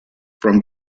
from